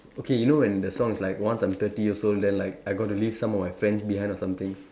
okay you know when the song is like once I'm thirty years old then like I got to leave some of my friends behind or something